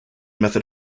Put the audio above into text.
method